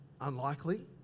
Unlikely